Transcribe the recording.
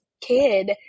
kid